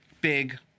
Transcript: big